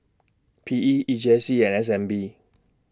P E E J C and S N B